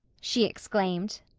she exclaimed.